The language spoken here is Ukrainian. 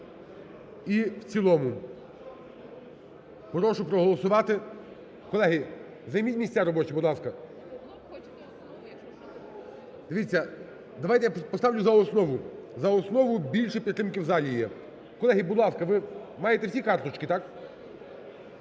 і в цілому. Прошу проголосувати. Колеги, займіть місця робочі, будь ласка. Дивіться, давайте я поставлю за основу, за основу більше підтримки в залі є. Колеги, будь ласка. Ви маєте всі карточки, так?